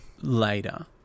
later